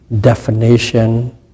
definition